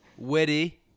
Witty